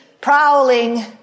prowling